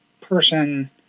person